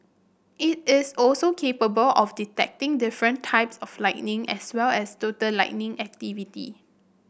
it is also capable of detecting different types of lightning as well as total lightning activity